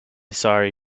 sorry